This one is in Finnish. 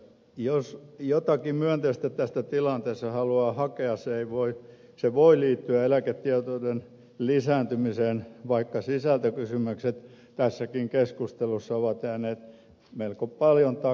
jos jotakin myönteistä tästä tilanteesta haluaa hakea se voi liittyä eläketietouden lisääntymiseen vaikka sisältökysymykset tässäkin keskustelussa ovat jääneet melko paljon taka alalle